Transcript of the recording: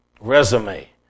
resume